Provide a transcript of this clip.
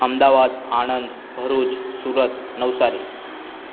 Ahmedabad Anand Bharuch Surat Navsari